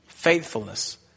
faithfulness